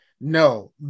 no